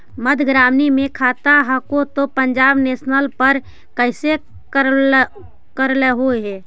मध्य ग्रामीण मे खाता हको तौ पंजाब नेशनल पर कैसे करैलहो हे?